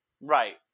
Right